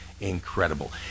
incredible